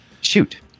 Shoot